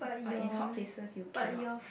but in hot places you cannot